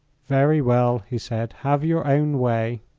very well, he said have your own way.